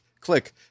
click